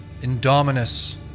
Indominus